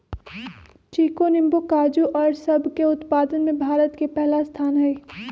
चीकू नींबू काजू और सब के उत्पादन में भारत के पहला स्थान हई